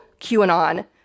QAnon